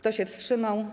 Kto się wstrzymał?